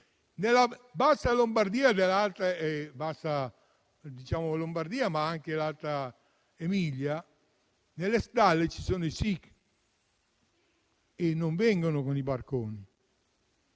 Nella bassa Lombardia e nell'alta Emilia nelle stalle ci sono i *sikh*, che non vengono con i barconi.